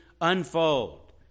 unfold